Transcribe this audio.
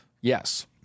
Yes